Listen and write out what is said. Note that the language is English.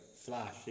Flash